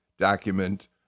Document